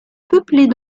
peuplée